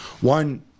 one